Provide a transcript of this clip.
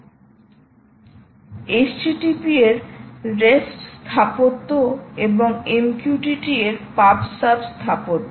http এর REST স্থাপত্য এবং MQTTএর pub sub স্থাপত্য